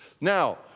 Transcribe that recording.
Now